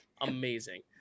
amazing